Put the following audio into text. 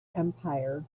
empire